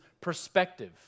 perspective